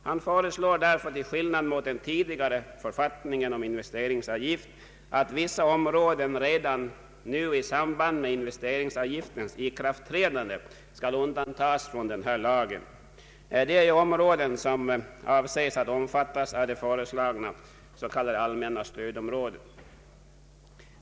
Han föreslår därför nu, till skillnad mot den tidigare författningen om investeringsavgift, att vissa områden redan i samband med investeringsavgiftens ikraftträdande skall undantas från den här lagen. Det är de områden som avses att omfattas av det föreslagna s.k. allmänna stödområdet.